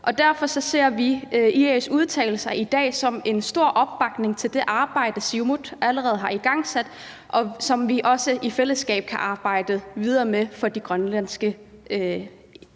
derfor ser vi IA's udtalelser i dag som udtryk for en stor opbakning til det arbejde, som Siumut allerede har igangsat, og som vi også i fællesskab kan arbejde videre med for de grønlandske studerende